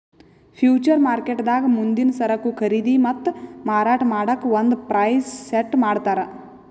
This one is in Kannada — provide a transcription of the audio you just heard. ಫ್ಯೂಚರ್ ಮಾರ್ಕೆಟ್ದಾಗ್ ಮುಂದಿನ್ ಸರಕು ಖರೀದಿ ಮತ್ತ್ ಮಾರಾಟ್ ಮಾಡಕ್ಕ್ ಒಂದ್ ಪ್ರೈಸ್ ಸೆಟ್ ಮಾಡ್ತರ್